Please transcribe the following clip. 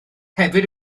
hefyd